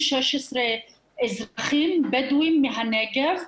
--- אזרחים בדואים מהנגב,